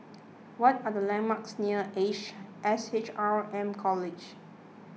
what are the landmarks near Ace S H R M College